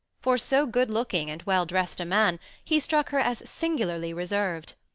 for so good-looking and well-dressed a man he struck her as singularly reserved.